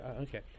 okay